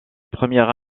première